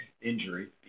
injury